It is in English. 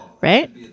Right